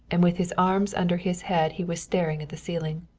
and with his arms under his head he was staring at the ceiling.